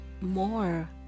more